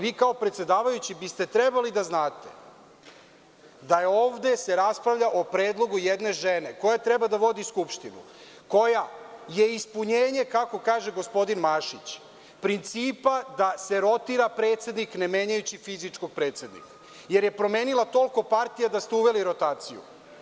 Vi kao predsedavajući biste trebali da znate da se ovde raspravlja o predlogu jedne žene koja treba da vodi Skupštinu, koja je ispunjenje, kako kaže gospodin Mašić, principa da se rotira predsednik ne menjajući fizičkog predsednika, jer je promenila toliko partija da ste uveli rotaciju.